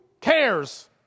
cares